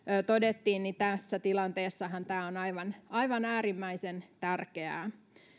todettiin niin tässä tilanteessahan tämä on aivan aivan äärimmäisen tärkeää